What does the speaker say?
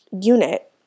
unit